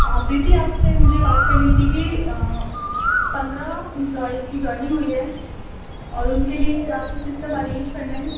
پریتی آپ سے مجھے بات کرنی تھی کہ پندرہ امپلائز کی جوائننگ ہوئی ہے اور ان کے لیے آپ کو سسٹم ارینج کرنا ہے